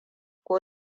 ko